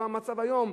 ולא המצב היום,